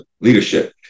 leadership